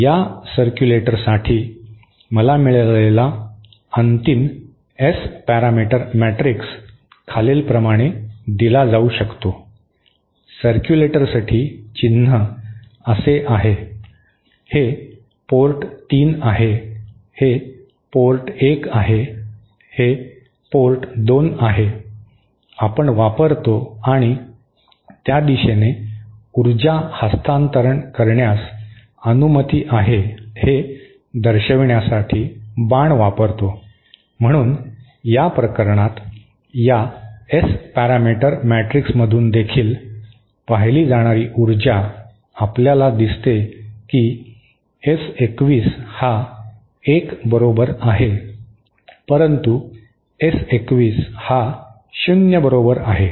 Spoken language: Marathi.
या सरक्यूलेटरसाठी मला मिळालेला अंतिम एस पॅरामीटर मॅट्रिक्स खालीलप्रमाणे दिला जाऊ शकतो सरक्यूलेटरसाठी चिन्ह असे आहे हे पोर्ट 3 आहे हे पोर्ट 1 आहे हे पोर्ट 2 आहे आपण वापरतो आणि त्या दिशेने ऊर्जा हस्तांतरण करण्यास अनुमती आहे हे दर्शविण्यासाठी बाण वापरतो म्हणून या प्रकरणात या एस पॅरामीटर मॅट्रिक्समधून देखील पाहिली जाणारी ऊर्जा आपल्याला दिसते की एस 21 हा 1 बरोबर आहे परंतु एस 21 हा शून्य बरोबर आहे